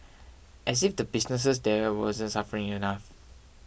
as if the businesses there wasn't suffering enough